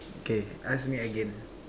okay ask me again